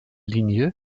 linie